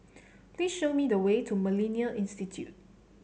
please show me the way to MillenniA Institute